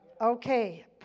Okay